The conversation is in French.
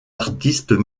artistes